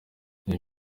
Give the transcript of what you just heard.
iyi